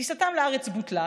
טיסתם לארץ בוטלה,